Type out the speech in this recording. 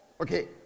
Okay